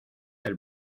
del